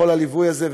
בכל הליווי הזה,